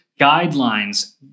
guidelines